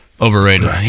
overrated